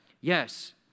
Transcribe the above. yes